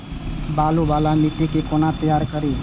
बालू वाला मिट्टी के कोना तैयार करी?